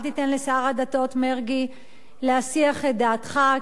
אל תיתן לשר הדתות מרגי להסיח את דעתך,